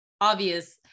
obvious